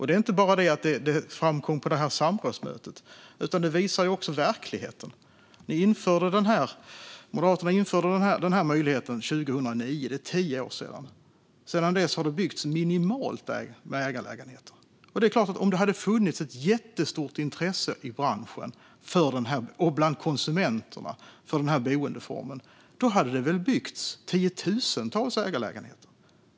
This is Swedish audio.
Detta framkom inte bara på samrådsmötet, utan det visar också verkligheten. Moderaterna införde denna möjlighet 2009; det är tio år sedan. Sedan dess har det byggts minimalt med ägarlägenheter. Om det hade funnits ett jättestort intresse i branschen och bland konsumenterna för denna boendeform hade det väl byggts tiotusentals ägarlägenheter.